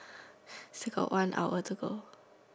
still got one hour to go